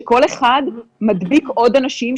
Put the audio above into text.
שכל אחד מדביק עוד אנשים,